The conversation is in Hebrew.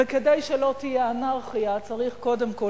וכדי שלא תהיה אנרכיה צריך קודם כול,